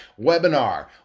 webinar